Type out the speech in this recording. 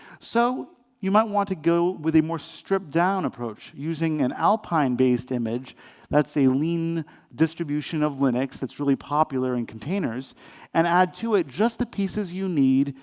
so you might want to go with a more stripped down approach, using an alpine-based image that's a lean distribution of linux that's really popular in containers and add to it just the pieces you need,